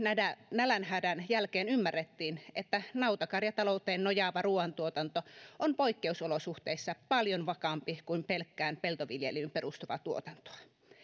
nälänhädän jälkeen ymmärrettiin että nautakarjatalouteen nojaava ruoantuotanto on poikkeusolosuhteissa paljon vakaampi kuin pelkkään peltoviljelyyn perustuva tuotanto